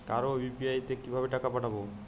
কারো ইউ.পি.আই তে কিভাবে টাকা পাঠাবো?